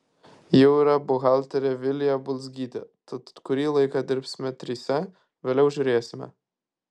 jau yra buhalterė vilija bulzgytė tad kurį laiką dirbsime trise vėliau žiūrėsime